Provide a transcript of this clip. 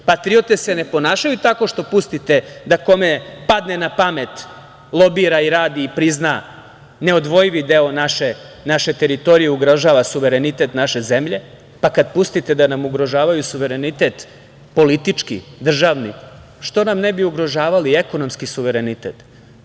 Patriote se ne ponašaju tako što pustite da kome padne na pamet lobira i radi i prizna neodvojivi deo naše teritorije, ugrožava suverenitet naše zemlje, pa kada pustite da nam ugrožavaju suverenitet, politički, državni, što nam ne bi ugrožavali i ekonomski suverenitet.